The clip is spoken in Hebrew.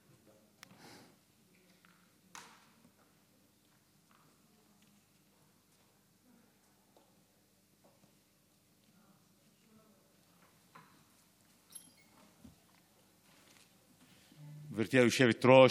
גברתי היושבת-ראש,